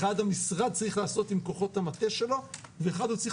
אחד המשרד צריך לעשות עם כוחות המטה שלו ואחד הוא צריך